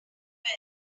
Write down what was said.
wear